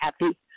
happy